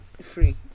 free